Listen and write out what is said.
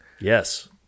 Yes